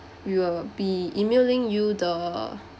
we will be E-mailing you the